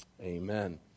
Amen